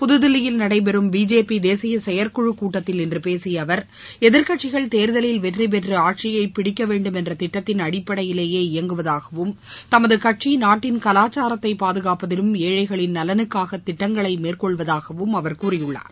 புதுதில்லியில் நடைபெறும் பிஜேபி தேசிய செயற்குழு கூட்டத்தில் இன்று பேசிய அவர் எதிர்க்கட்சிகள் தேர்தலில் வெற்றி பெற்று ஆட்சியைப் பிடிக்க வேண்டும் என்ற திட்டத்தின் அடிப்படையிலேயே இயங்குவதாகவும் தமது கட்சி நாட்டின் கலாச்சாரத்தை பாதுகாப்பதிலும் ஏழைகளின் நலனுக்காக திட்டங்களை மேற்கொள்வதாகவும் அவர் கூறியுள்ளார்